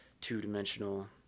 two-dimensional